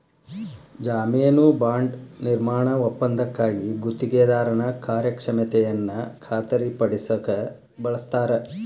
ಜಾಮೇನು ಬಾಂಡ್ ನಿರ್ಮಾಣ ಒಪ್ಪಂದಕ್ಕಾಗಿ ಗುತ್ತಿಗೆದಾರನ ಕಾರ್ಯಕ್ಷಮತೆಯನ್ನ ಖಾತರಿಪಡಸಕ ಬಳಸ್ತಾರ